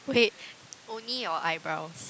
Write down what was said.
wait only your eyebrows